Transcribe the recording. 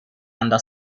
anda